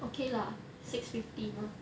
okay lah six fifty mah